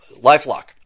LifeLock